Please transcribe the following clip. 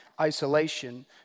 isolation